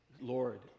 Lord